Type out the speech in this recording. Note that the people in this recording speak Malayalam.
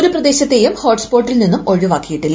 ഒരു പ്രദേശത്തേയും ഹോട്ട് സ്പോട്ടിൽ നിന്നും ഒഴിവാക്കിയിട്ടില്ല